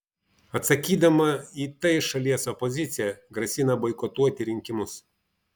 atsakydama į tai šalies opozicija grasina boikotuoti rinkimus